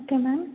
okay ma'am